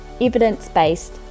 evidence-based